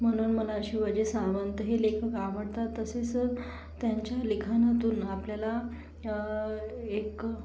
म्हणून मला शिवाजी सावंत हे लेखक आवडतात तसेच त्यांच्या लिखाणातून आपल्याला एक